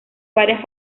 varias